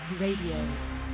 radio